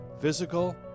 physical